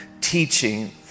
teaching